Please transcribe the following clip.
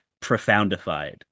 Profoundified